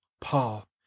Paul